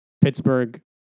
Pittsburgh